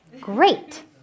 Great